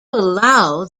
allow